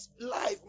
life